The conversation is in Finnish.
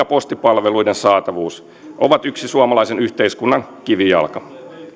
postipalveluiden saatavuus ovat yksi suomalaisen yhteiskunnan kivijalka